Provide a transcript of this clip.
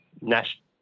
national